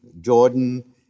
Jordan